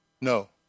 No